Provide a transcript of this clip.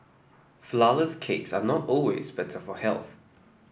flourless cakes are not always better for health